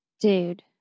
Dude